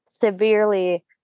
severely